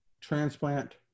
Transplant